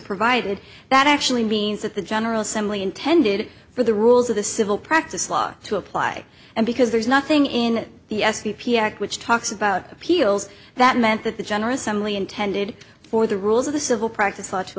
provided that actually means that the general assembly intended for the rules of the civil practice law to apply and because there's nothing in the s p p act which talks about appeals that meant that the general assembly intended for the rules of the civil practice law to